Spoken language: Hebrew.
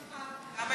לא, לא.